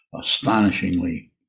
Astonishingly